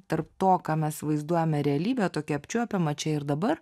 tarp to ką mes vaizduojame realybe tokią apčiuopiamą čia ir dabar